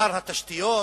שר התשתיות,